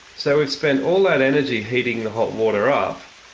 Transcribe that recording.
so we've spent all that energy heating the hot water up,